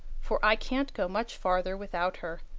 for i can't go much farther without her.